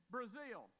Brazil